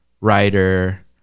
writer